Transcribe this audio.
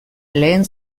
lehen